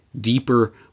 deeper